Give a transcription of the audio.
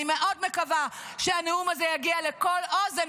אני מאוד מקווה שהנאום הזה יגיע לכל אוזן